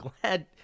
glad